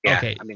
Okay